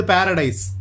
Paradise